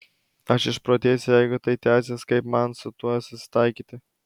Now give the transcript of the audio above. aš išprotėsiu jeigu tai tęsis kaip man su tuo susitaikyti